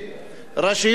רשויות קרסו,